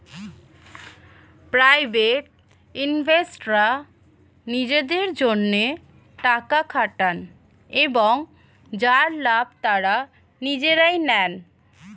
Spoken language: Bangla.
প্রাইভেট ইনভেস্টররা নিজেদের জন্যে টাকা খাটান এবং যার লাভ তারা নিজেরাই নেন